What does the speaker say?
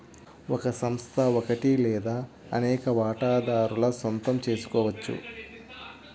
ఒక సంస్థ ఒకటి లేదా అనేక వాటాదారుల సొంతం చేసుకోవచ్చు